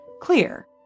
clear